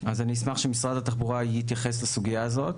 אז אשמח שמשרד התחבורה יתייחס לסוגיה הזאת.